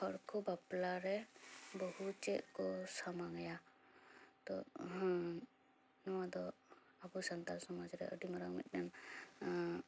ᱦᱚᱲ ᱠᱚ ᱵᱟᱯᱞᱟ ᱨᱮ ᱵᱟᱹᱦᱩ ᱪᱮᱫ ᱠᱚ ᱥᱟᱢᱟᱝ ᱟᱭᱟ ᱛᱚ ᱱᱚᱣᱟ ᱫᱚ ᱟᱵᱚ ᱥᱟᱱᱛᱟᱲ ᱥᱚᱢᱟᱡᱽ ᱨᱮ ᱟᱹᱰᱤ ᱢᱟᱨᱟᱝ ᱢᱤᱫᱴᱮᱱ